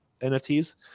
NFTs